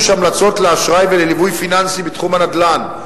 המלצות לאשראי ולליווי פיננסי בתחום הנדל"ן,